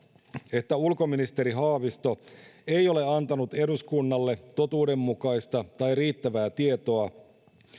että ulkoministeri haavisto ei ole antanut eduskunnalle totuudenmukaista tai riittävää tietoa